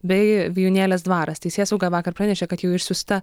bei vijūnėlės dvaras teisėsauga vakar pranešė kad jau išsiųsta